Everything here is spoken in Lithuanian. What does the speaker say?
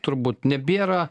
turbūt nebėra